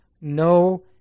no